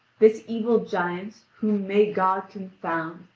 this evil giant, whom may god confound,